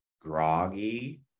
groggy